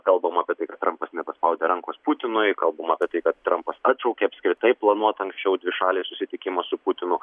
kalbamaapie tai kad trumpas nepaspaudė rankos putinui kalbama apie tai kad trumpas atšaukė apskritai planuotą anksčiau dvišalį susitikimą su putinu